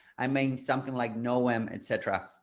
i mean, something like no m etc.